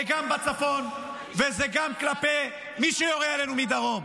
זה גם בצפון וזה גם כלפי מי שיורה עלינו מדרום.